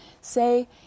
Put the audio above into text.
say